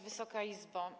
Wysoka Izbo!